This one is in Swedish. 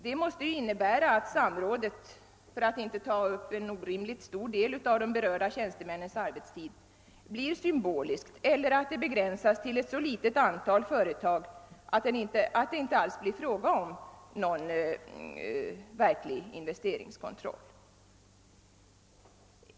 Det måste innebära att samrådet — för att inte ta upp en orimligt stor del av de berörda tjänstemännens arbetstid — blir symboliskt eller att det begränsas till ett så litet antal företag att det inte alls blir fråga om någon verklig investeringskontroll.